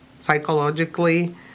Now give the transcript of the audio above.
psychologically